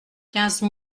quinze